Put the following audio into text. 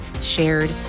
shared